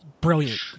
Brilliant